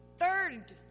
third